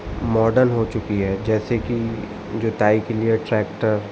modern हो चुकी है जैसे कि जुताई के लिए ट्रैक्टर